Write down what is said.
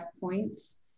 points